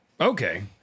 Okay